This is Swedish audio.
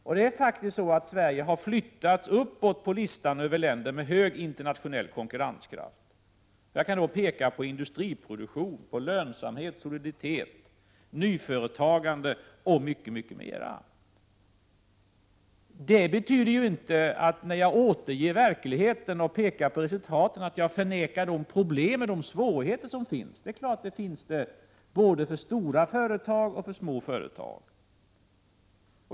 Sverige har faktiskt flyttats uppåt på listan över länder med hög internationell konkurrenskraft. Jag kan då peka på industriproduktion, lönsamhet, soliditet, nyföretagande och mycket annat. Det betyder inte att jag, när jag återger verkligheten och pekar på resultaten, förnekar att det finns problem och svårigheter. Det finns problem och svårigheter både för stora företag och för små företag.